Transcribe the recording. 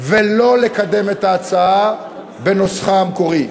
‏ולא ‏לקדם ‏את ההצעה ‏בנוסח‏ה המקורי.